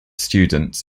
students